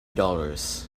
dollars